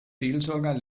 seelsorger